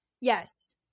yes